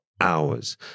hours